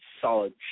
solid